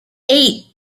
eight